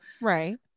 Right